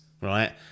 right